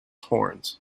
horns